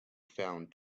found